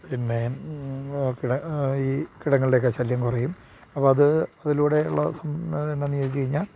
പിന്നെ ഈ കിടങ്ങളുടെയൊക്കെ ശല്യം കുറയും അപ്പോൾ അത് അതിലൂടെ ഉള്ള സംഗതി എന്താണെന്ന് ചോദിച്ചു കഴിഞ്ഞാൽ